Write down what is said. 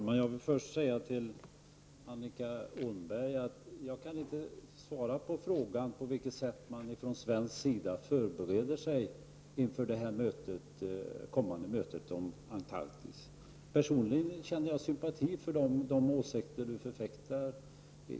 Fru talman! Jag kan inte, Annika Åhnberg, svara på frågan om på vilket sätt Sverige förbereder sig för det kommande mötet om Antarktis. Personligen känner jag sympati för de åsikter hon framför.